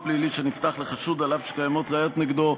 פלילי שנפתח לחשוד אף שקיימות ראיות נגדו,